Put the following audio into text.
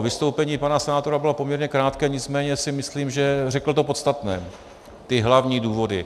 Vystoupení pana senátora bylo poměrně krátké, nicméně si myslím, že řekl to podstatné, ty hlavní důvody.